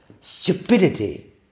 stupidity